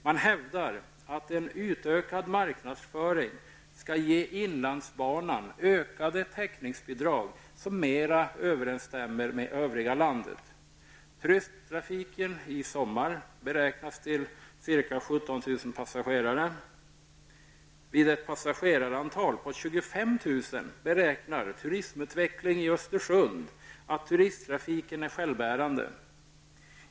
Man hävdar att en utökad marknadsföring skall ge inlandsbanan ökade täckningsbidrag som mera överensstämmer med övriga landet. Turisttrafiken i sommar beräknas till ca 17 000 passagerare. Vid ett passagerarantal på 25 000 beräknar Turistutveckling i Östersund att turisttrafiken är självbärande.